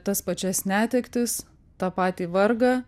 tas pačias netektis tą patį vargą